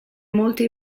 molta